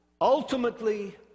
Ultimately